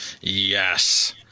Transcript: Yes